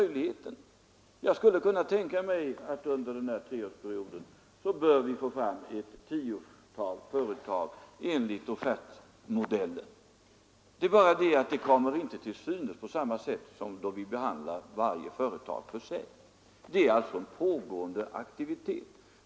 Jag skulle kunna tänka mig att vi under denna treårsperiod bör kunna få fram ett tiotal företag enligt offertmodellen. Det är bara det att det inte kommer till synes på samma sätt som då vi behandlar varje företag för sig Det är alltså en pågående aktivitet.